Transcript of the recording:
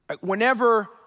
Whenever